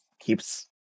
keeps